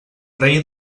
rei